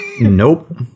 Nope